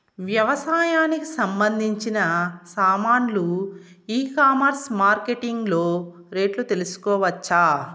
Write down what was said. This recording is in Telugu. వ్యవసాయానికి సంబంధించిన సామాన్లు ఈ కామర్స్ మార్కెటింగ్ లో రేట్లు తెలుసుకోవచ్చా?